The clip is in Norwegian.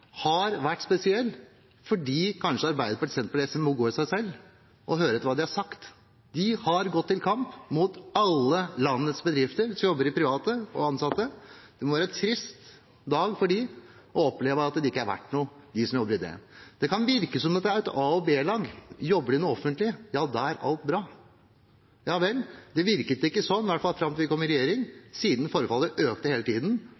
har vært spesiell – kanskje må Arbeiderpartiet, Senterpartiet og SV gå i seg selv og høre på hva de har sagt. De har gått til kamp mot alle landets bedrifter og ansatte som jobber i det private. Det må være en trist dag for dem som jobber der, å oppleve at de ikke er verdt noe. Det kan virke som om det er et A-lag og et B-lag. Jobber man i det offentlige, ja, da er alt bra. Ja vel, det virket ikke slik – i hvert fall fram til vi kom i regjering – siden forfallet økte hele tiden.